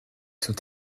sont